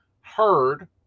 heard